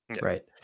Right